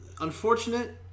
unfortunate